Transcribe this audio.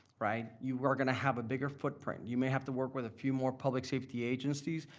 right? you're gonna have a bigger footprint. you may have to work with a few more public safety agencies.